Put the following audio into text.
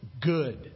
good